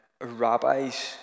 rabbis